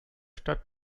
stadt